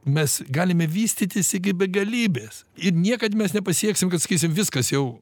mes galime vystytis iki begalybės ir niekad mes nepasieksim kad sakysim viskas jau